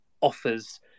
offers